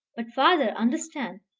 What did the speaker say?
but, father, understand!